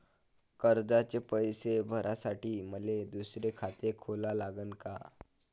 कर्जाचे पैसे भरासाठी मले दुसरे खाते खोला लागन का?